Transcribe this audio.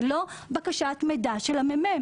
זה לא בקשת מידע של המ.מ.מ.